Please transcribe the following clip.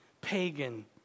pagan